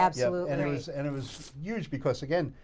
absolutely. and it was and it was huge, because again,